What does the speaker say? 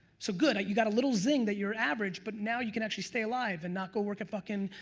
so good, you got a little zing that you're average but now you can actually stay alive and not go work at fuckin',